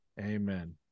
Amen